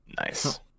Nice